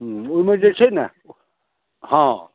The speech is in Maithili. हुँ ओहिमे जे छै ने हॅं